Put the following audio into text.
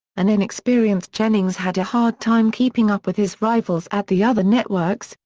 an inexperienced jennings had a hard time keeping up with his rivals at the other networks,